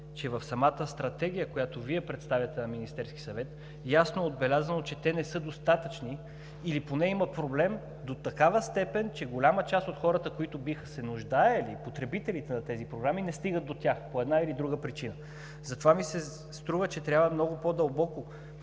че в самата Стратегия, която Вие представяте на Министерския съвет, ясно е отбелязано, че те не са достатъчни или поне има проблем до такава степен, че голяма част от хората, които биха се нуждаели – потребителите на тези програми, не стигат до тях по една или друга причина. Затова ми се струва, че трябва много по-дълбоко